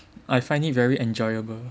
I find it very enjoyable